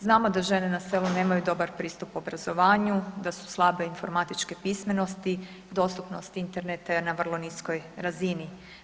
Znamo da žene na selu nemaju dobar pristup obrazovanju, da su slabe informatičke pismenosti, dostupnosti interneta jer na vrlo niskoj razini.